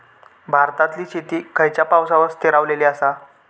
भारतातले शेती खयच्या पावसावर स्थिरावलेली आसा?